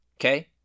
Okay